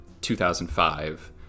2005